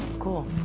cool.